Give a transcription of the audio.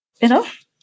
enough